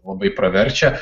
labai praverčia